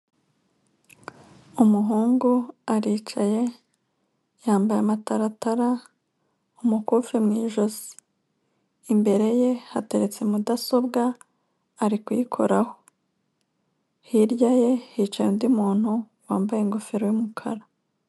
Umuhungu aricaye yambaye amataratara, umukufi mu ijosi, imbere ye hateritse mudasobwa ari kuyikoraho, hirya ye hicaye undi muntu wambaye ingofero y'umukara.